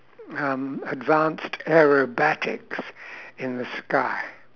um advanced aerobatics in the sky